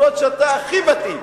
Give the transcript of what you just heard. אף-על-פי שאתה הכי מתאים,